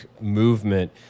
movement